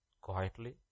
Quietly